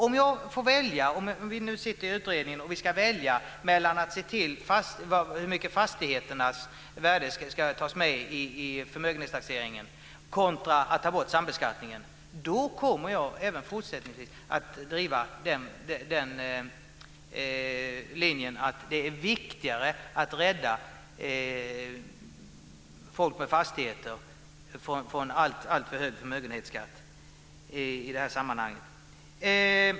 Om jag får välja, om utredningen ska välja mellan att titta på hur mycket av fastigheternas värde som ska tas med i förmögenhetstaxeringen och att ta bort sambeskattningen, kommer jag även fortsättningsvis att driva linjen att det är viktigare att rädda folk med fastigheter från alltför hög förmögenhetsskatt i det här sammanhanget.